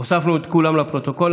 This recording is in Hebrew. הוספנו את כולם לפרוטוקול.